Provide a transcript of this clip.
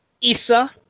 Isa